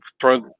throw